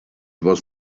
was